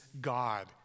God